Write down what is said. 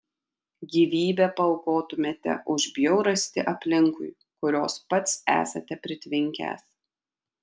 gyvybę paaukotumėte už bjaurastį aplinkui kurios pats esate pritvinkęs